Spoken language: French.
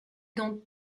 dans